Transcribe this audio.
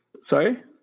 Sorry